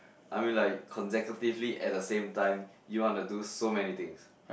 I mean like consecutively at the same time you want to do so many things